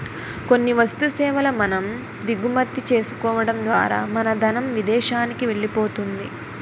కొన్ని వస్తు సేవల మనం దిగుమతి చేసుకోవడం ద్వారా మన ధనం విదేశానికి వెళ్ళిపోతుంది